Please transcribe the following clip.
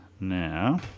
now